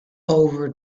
over